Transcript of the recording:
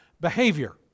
behavior